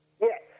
yes